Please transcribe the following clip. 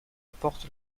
apportent